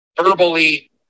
verbally